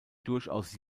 durchaus